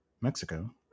mexico